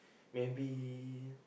maybe